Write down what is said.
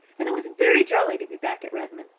and it was very jolly to be back at redmond,